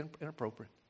inappropriate